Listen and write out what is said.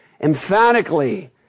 emphatically